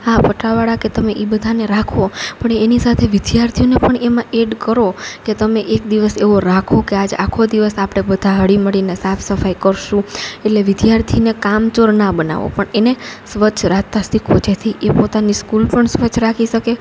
હા પટાવાળા કે તમે એ બધાને રાખો પણ એ એની સાથે વિદ્યાર્થીઓને પણ એમાં એડ કરો કે તમે એક દિવસ એવો રાખો કે આજ આખો દિવસ આપણે બધા હળી મળીને આ સાફસફાઈ કરશું એટલે વિદ્યાર્થીને કામ ચોર ના બનાવો પણ એને સ્વચ્છ રાખતા શીખો જેથી એ પોતાની સ્કૂલ પણ સ્વચ્છ રાખી શકે